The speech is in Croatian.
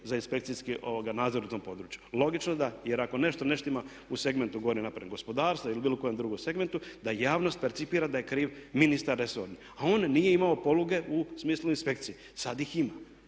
za inspekciji nadzor u tom području. Logično da jer ako nešto ne štima u segmentu govorim npr. gospodarstva ili bilo kojem drugom segmentu da javnost percipira da je kriv ministar resorni a on nije imao poluge u smislu inspekcije, sad ih ima.